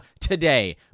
today